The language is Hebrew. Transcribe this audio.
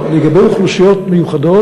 לגבי אוכלוסיות מיוחדות,